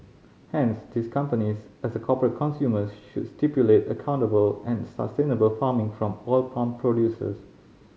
hence these companies as corporate consumers should stipulate accountable and sustainable farming from oil palm producers